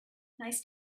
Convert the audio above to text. nice